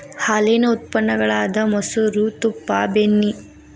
ಹಾಲೇನ ಉತ್ಪನ್ನ ಗಳಾದ ಮೊಸರು, ತುಪ್ಪಾ, ಬೆಣ್ಣಿ